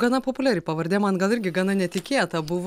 gana populiari pavardė man gal irgi gana netikėta buvo